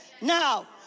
now